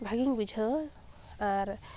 ᱵᱷᱟᱜᱮ ᱜᱮᱧ ᱵᱩᱡᱷᱟᱹᱣᱟ ᱟᱨ